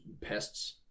pests